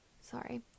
sorry